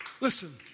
Listen